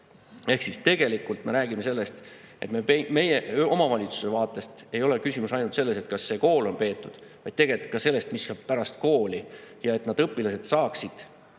peal. Tegelikult me räägime sellest, et omavalitsuse vaatest ei ole küsimus ainult selles, kas kool on peetud, vaid tegelikult ka selles, mis saab pärast kooli, et õpilased saaksid